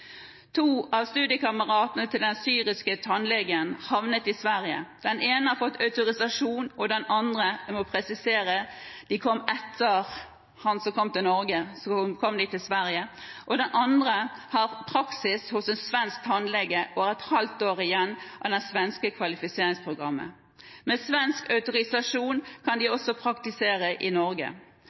Den ene har fått autorisasjon, og den andre – jeg må presisere at de to kom til Sverige etter ham som kom til Norge – har praksis hos en svensk tannlege og har et halvt år igjen av det svenske kvalifiseringsprogrammet. Med svensk autorisasjon kan de også praktisere i Norge.